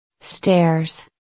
Stairs